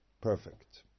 perfect